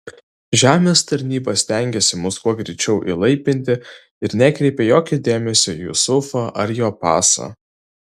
žemės tarnyba stengėsi mus kuo greičiau įlaipinti ir nekreipė jokio dėmesio į jusufą ar jo pasą